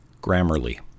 Grammarly